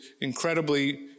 incredibly